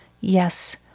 Yes